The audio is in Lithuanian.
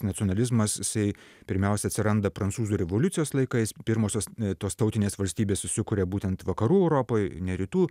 nacionalizmas jisai pirmiausia atsiranda prancūzų revoliucijos laikais pirmosios tos tautinės valstybės susikuria būtent vakarų europoj ne rytų